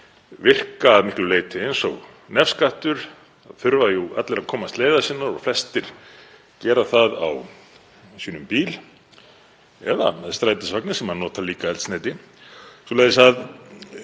virka að miklu leyti eins og nefskattur. Það þurfa jú allir að komast leiðar sinnar og flestir gera það á sínum bíl eða með strætisvagni, sem notar líka eldsneyti, svoleiðis að